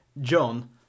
John